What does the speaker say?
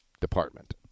department